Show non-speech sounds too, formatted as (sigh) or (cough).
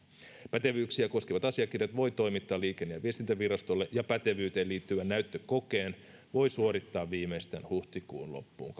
pätevyyksiä koskevat asiakirjat voi toimittaa liikenne ja viestintävirastolle ja pätevyyteen liittyvän näyttökokeen voi suorittaa viimeistään huhtikuun loppuun (unintelligible)